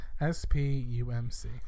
S-P-U-M-C